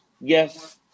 Yes